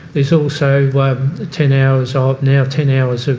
there's also but ah ten hours ah now ten hours